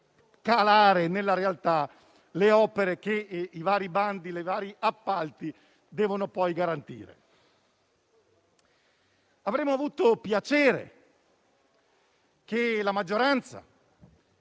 concreta delle opere che i vari bandi e appalti devono poi garantire. Avremmo avuto piacere che la maggioranza